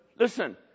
Listen